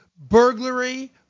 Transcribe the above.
burglary